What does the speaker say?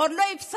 עוד לא הפסדנו.